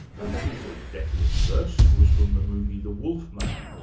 that piece of deathless verse was from the movie the wolf man,